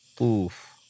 Oof